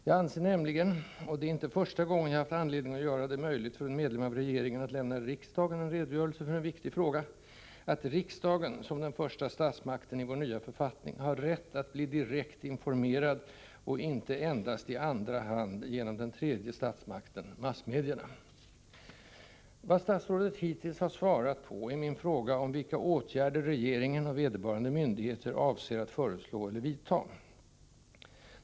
Jag anser nämligen — och detta är inte första gången jag haft anledning att göra det möjligt för en medlem av regeringen att lämna riksdagen en redogörelse för en viktig fråga — att riksdagen som den första statsmakten i vår nya författning har rätt att bli direkt informerad och inte endast i andra hand, genom den tredje statsmakten: massmedierna. Vad statsrådet hittills har svarat på är min fråga om vilka åtgärder regeringen och vederbörande myndigheter avser att föreslå eller vidta.